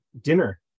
dinner